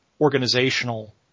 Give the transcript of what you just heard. organizational